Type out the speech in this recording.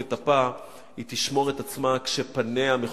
את אפה היא תשמור את עצמה כשפניה מכוסים.